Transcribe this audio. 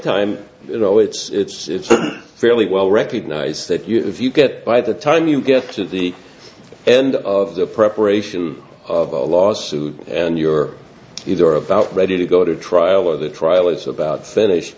time you know it's fairly well recognised that you if you get by the time you get to the end of the preparation of a lawsuit and you're either about ready to go to trial or the trial is about finished